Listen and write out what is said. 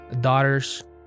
daughters